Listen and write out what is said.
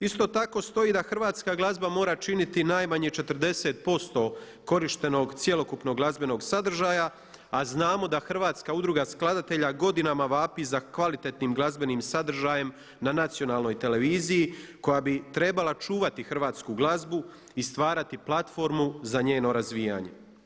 Isto tako stoji da hrvatska glazba mora činiti najmanje 40% korištenog cjelokupnog glazbenog sadržaja, a znamo da Hrvatska udruga skladatelja godinama vapi za kvalitetnim glazbenim sadržajem na nacionalnoj televiziji koja bi trebala čuvati hrvatsku glazbu i stvarati platformu za njeno razvijanje.